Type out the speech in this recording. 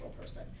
person